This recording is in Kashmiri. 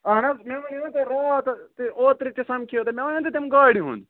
اَہَن حظ مےٚ ؤنۍوٕ تۄہہِ راتھ تہِ اوترٕ تہِ سَمکھیٚو تُہۍ مےٚ وَنٮ۪و نا تۄہہِ تَمہِ گاڑِ ہُنٛد